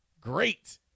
Great